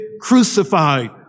crucified